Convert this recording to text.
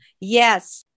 yes